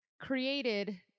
created